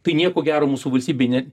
tai nieko gero mūsų valstybinei ne